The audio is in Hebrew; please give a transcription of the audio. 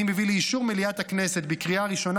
אני מביא לאישור מליאת הכנסת בקריאה ראשונה